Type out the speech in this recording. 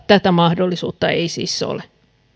tätä mahdollisuutta ei siis ole